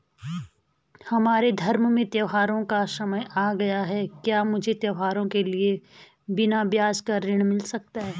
हमारे धर्म में त्योंहारो का समय आ गया है क्या मुझे त्योहारों के लिए बिना ब्याज का ऋण मिल सकता है?